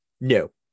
No